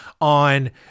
on